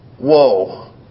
whoa